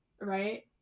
right